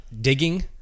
digging